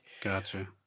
gotcha